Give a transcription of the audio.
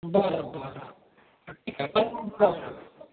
बरं बरं ठीक आहे पण ब